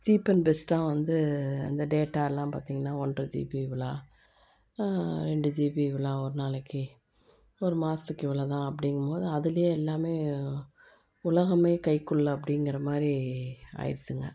cheap and பெஸ்டாக வந்து அந்த டேட்டாலாம் பார்த்திங்கனா ஒன்ரை ஜிபி இப்புடில்லாம் ரெண்டு ஜிபி இப்புடில்லாம் ஒரு நாளைக்கு ஒரு மாசத்துக்கு இவ்வளோதான் அப்படிங்கும்போது அதுலேயே எல்லாம் உலகமே கைக்குள்ளே அப்டிங்கிற மாதிரி ஆயிடுச்சுங்க